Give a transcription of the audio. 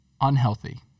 unhealthy